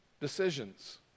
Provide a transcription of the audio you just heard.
decisions